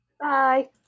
Bye